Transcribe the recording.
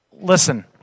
Listen